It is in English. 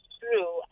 true